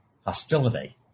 hostility